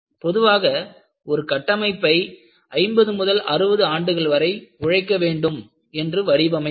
பொதுவாக ஒரு கட்டமைப்பை 50 முதல் 60 ஆண்டுகள் வரை உழைக்க வேண்டும் என்று வடிவமைப்பார்கள்